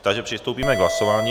Takže přistoupíme k hlasování.